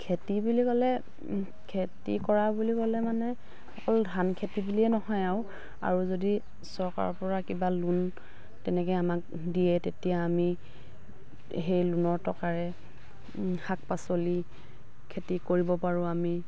খেতি বুলি ক'লে খেতি কৰা বুলি ক'লে মানে অকল ধান খেতি বুলিয়ে নহয় আৰু আৰু যদি চৰকাৰৰ পৰা কিবা লোন তেনেকে আমাক দিয়ে তেতিয়া আমি সেই লোনৰ টকাৰে শাক পাচলি খেতি কৰিব পাৰোঁ আমি